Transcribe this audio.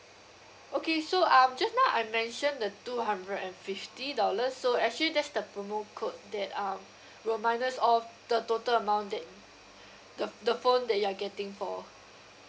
okay so um just now I mentioned the two hundred and fifty dollars so actually that's the promo code that um will minus off the total amount that the the phone that you are getting for